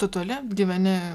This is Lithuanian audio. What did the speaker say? tu toli gyveni